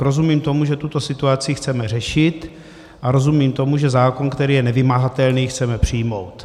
Rozumím tomu, že tuto situaci chceme řešit, a rozumím tomu, že zákon, který je nevymahatelný, chceme přijmout.